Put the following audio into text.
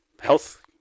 health